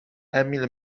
emil